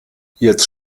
jetzt